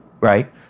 right